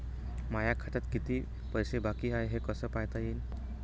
माया खात्यात कितीक पैसे बाकी हाय हे कस पायता येईन?